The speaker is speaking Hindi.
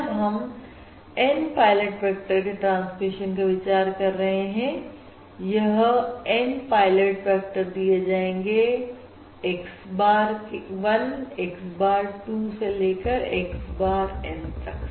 जब हम N पायलट वेक्टर के ट्रांसमिशन का विचार कर रहे हैं यह N पायलट वेक्टर दिए जाएंगे x bar 1 x bar 2 से लेकर x bar N तक